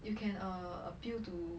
you can err appeal to